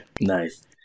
nice